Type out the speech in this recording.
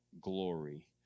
glory